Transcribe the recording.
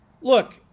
Look